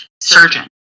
surgeon